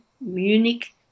Munich